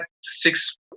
six